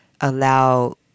allow